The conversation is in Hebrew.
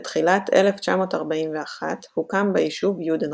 בתחילת 1941 הוקם ביישוב יודנרט,